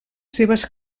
seves